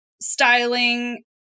styling